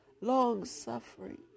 long-suffering